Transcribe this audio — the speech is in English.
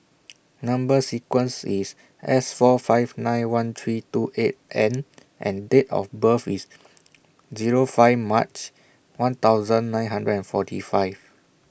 Number sequence IS S four five nine one three two eight N and Date of birth IS Zero five March one thousand nine hundred and forty five